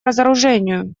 разоружению